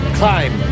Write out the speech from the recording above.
climb